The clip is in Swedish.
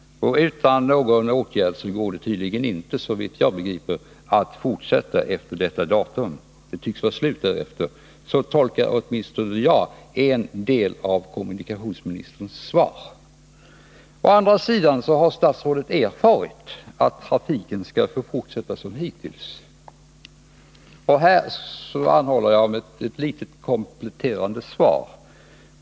Utan någon åtgärd går det tydligen inte, såvitt jag kan begripa, att fortsätta efter detta datum. Det tycks vara slut med trafiken därefter. Så tolkar jag åtminstone en del av kommunikationsministerns svar. Å andra sidan har statsrådet erfarit att trafiken skall fortsätta som hittills. Jag anhåller på denna punkt om ett kompletterande svar.